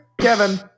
kevin